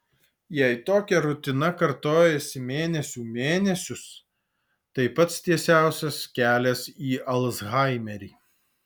jei tokia rutina kartojasi mėnesių mėnesius tai pats tiesiausias kelias į alzhaimerį